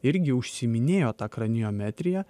irgi užsiiminėjo ta kraniometrija